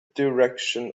direction